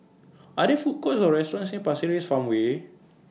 Are There Food Courts Or restaurants near Pasir Ris Farmway